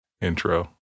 intro